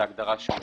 זו הגדרה שאושרה.